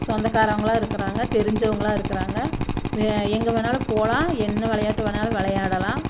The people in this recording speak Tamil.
சொந்தக்காரங்களாக இருக்குறாங்க தெரிஞ்சவங்களாக இருக்குறாங்க எங்கே வேணுணாலும் போகலாம் என்ன விளையாட்டு வேணுணாலும் விளையாடலாம்